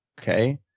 Okay